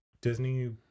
Disney